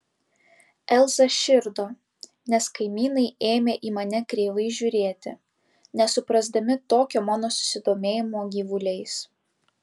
elza širdo nes kaimynai ėmė į mane kreivai žiūrėti nesuprasdami tokio mano susidomėjimo gyvuliais